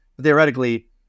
Theoretically